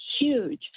huge